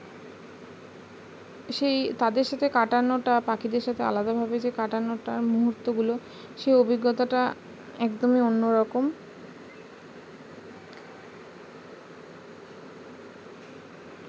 সেই তাদের সাথে কাটানোটা পাখিদের সাথে আলাদাভাবে সেই কাটানোটার মুহুর্তগুলো সেই অভিজ্ঞতাটা একদমই অন্য রকম